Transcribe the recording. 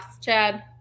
Chad